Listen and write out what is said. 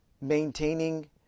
maintaining